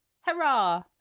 Hurrah